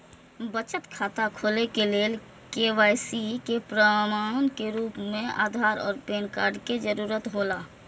बचत खाता खोले के लेल के.वाइ.सी के प्रमाण के रूप में आधार और पैन कार्ड के जरूरत हौला